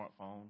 smartphone